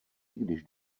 když